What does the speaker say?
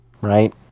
right